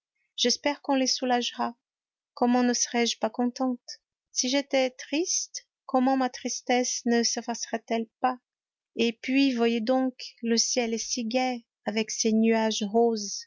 j'espère qu'on les soulagera comment ne serais-je pas contente si j'étais triste comment ma tristesse ne seffacerait elle pas et puis voyez donc le ciel est si gai avec ses nuages roses